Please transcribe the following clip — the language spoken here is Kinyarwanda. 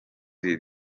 ibi